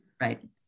Right